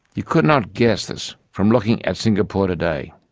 you could not guess this from looking at singapore today.